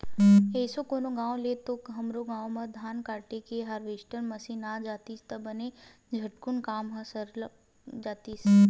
एसो कोन गाँव ले तो हमरो गाँव म धान काटे के हारवेस्टर मसीन आ जातिस त बने झटकुन काम ह सरक जातिस